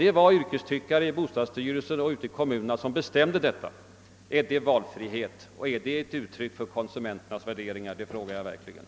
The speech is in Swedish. Det var yrkestyckare i bostadsstyrelsen och i kommunerna som bestämde detta. Jag skulle verkligen vilja fråga, om detta är ett uttryck för val frihet och för konsumenternas egna värderingar.